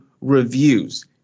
reviews